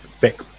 back